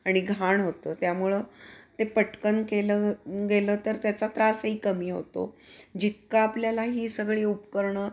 आणि घाण होतं त्यामुळं ते पटकन केलं गेलं तर त्याचा त्रासही कमी होतो जितकं आपल्याला ही सगळी उपकरणं